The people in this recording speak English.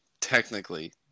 technically